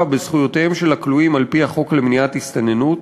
בזכויותיהם של הכלואים על-פי החוק למניעת הסתננות,